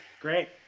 Great